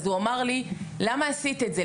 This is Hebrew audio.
אמר לי - למה עשית את זה?